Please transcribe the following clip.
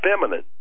feminine